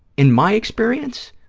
in my experience,